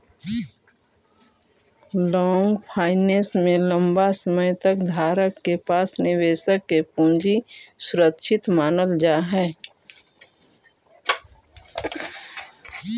long finance में लंबा समय तक धारक के पास निवेशक के पूंजी सुरक्षित मानल जा हई